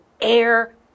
air